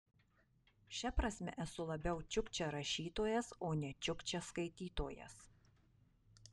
šia prasme esu labiau čiukčia rašytojas o ne čiukčia skaitytojas